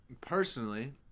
Personally